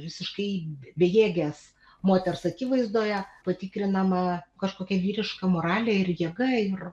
visiškai bejėgės moters akivaizdoje patikrinama kažkokia vyriška moralė ir jėga ir